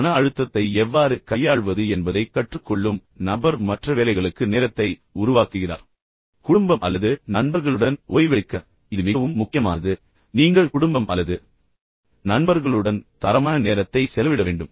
மன அழுத்தத்தை எவ்வாறு கையாள்வது என்பதைக் கற்றுக் கொள்ளும் நபர் மற்ற வேலைகளுக்கு நேரத்தை உருவாக்குகிறார் அல்லது குடும்பம் அல்லது நண்பர்களுடன் ஓய்வெடுக்க இது மிகவும் முக்கியமானது நீங்கள் குடும்பம் அல்லது நண்பர்களுடன் தரமான நேரத்தை செலவிட வேண்டும்